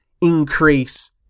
increase